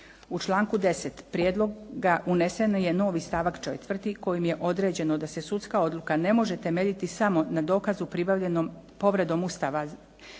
u članku 10. prijedloga unesen je novi stavak 4. kojim je određeno da se sudska odluka ne može temeljiti samo na dokazu pribavljenom povredom Ustava,